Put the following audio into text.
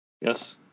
Yes